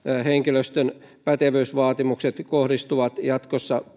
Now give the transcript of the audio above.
henkilöstön pätevyysvaatimukset kohdistuvat jatkossa